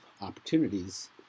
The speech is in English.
opportunities